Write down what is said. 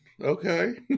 Okay